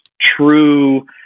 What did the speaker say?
true